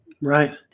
Right